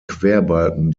querbalken